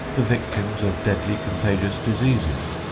the victims of deadly, contagious diseases.